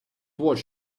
watch